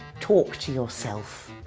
talk to yourself.